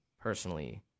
personally